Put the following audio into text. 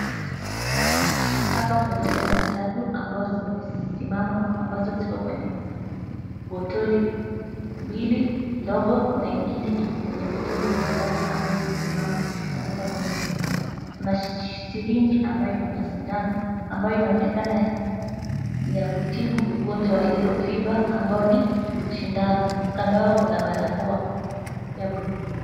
Hapa kuna dawa tatu ambao zimesimama ambazo ziko kwenye botoli mbili ndogo, kuna ingine iko kwenye botoli ya glasi ambayo imesimama na zote ambazo zimesimama. Kuna sirinji ambayo iko na sindano ambayo inaonekana ni ya kutibu ugonjwa wa yellow fever ambao ni sindano. Kando yao kuna barakoa ya buluu.